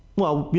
well,